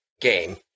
game